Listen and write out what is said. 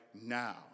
now